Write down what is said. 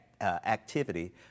activity